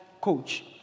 coach